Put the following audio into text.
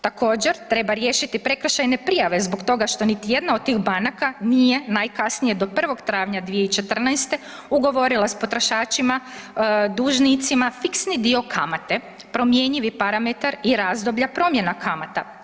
Također, treba riješiti prekršajne prijave zbog toga što niti jedna od tih banaka nije najkasnije do 1. travnja 2014. ugovorila s potrošačima dužnicima fiksni dio kamate promjenjivi parametar i razdoblja promjena kamata.